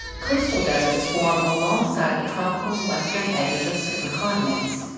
coastal deserts form alongside the tropical western edges of certain continents.